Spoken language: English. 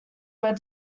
were